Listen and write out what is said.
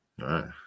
right